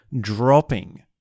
dropping